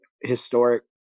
historic